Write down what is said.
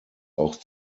auch